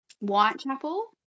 Whitechapel